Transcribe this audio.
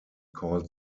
called